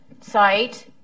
site